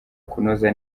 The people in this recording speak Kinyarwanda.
kunoza